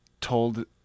told